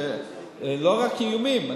לא רק איומים,